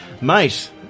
mate